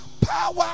power